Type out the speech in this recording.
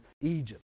Egypt